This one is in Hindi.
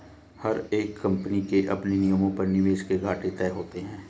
हर एक कम्पनी के अपने नियमों पर निवेश के घाटे तय होते हैं